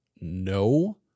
no